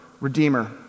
redeemer